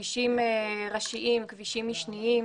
כבישים ראשיים, כבישים משניים,